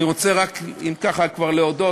אני רוצה כבר להודות,